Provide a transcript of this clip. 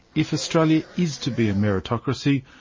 if australia is to be a meritocracy,